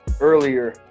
earlier